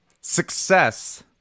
success